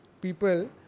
people